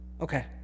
Okay